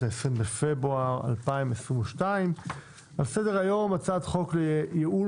21 בפברואר 2022. על סדר-היום: הצעת חוק לייעול